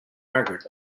margaret